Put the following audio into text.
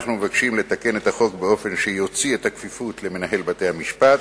אנחנו מבקשים לתקן החוק באופן שיוציא את הכפיפות למנהל בתי-המשפט,